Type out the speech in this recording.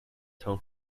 tone